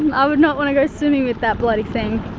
um i would not want to go swimming with that bloody thing.